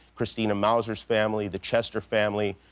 christina mauser's family, the chester family,